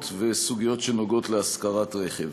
גברתי היושבת-ראש,